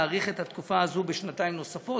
להאריך את התקופה הזו בשנתיים נוספות,